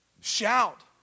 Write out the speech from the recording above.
Shout